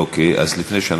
אין שום בעיה, ועדת הפנים.